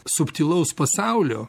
subtilaus pasaulio